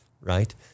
Right